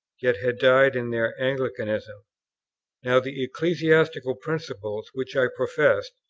yet had died in their anglicanism now, the ecclesiastical principles which i professed,